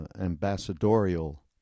ambassadorial